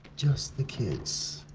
just the kids.